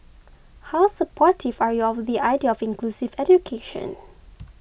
how supportive are you of the idea of inclusive education